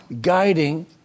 guiding